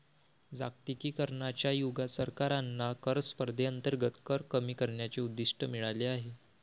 जागतिकीकरणाच्या युगात सरकारांना कर स्पर्धेअंतर्गत कर कमी करण्याचे उद्दिष्ट मिळाले आहे